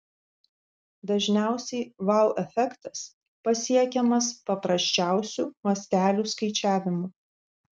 dažniausiai vau efektas pasiekiamas paprasčiausiu mastelių skaičiavimu